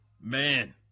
Man